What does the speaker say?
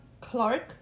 Clark